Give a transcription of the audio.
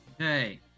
Okay